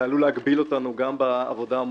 ועלול להגביל אותנו גם בעבודה.